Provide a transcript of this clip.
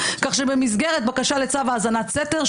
כך שבמסגרת בקשה לצו האזנת סתר,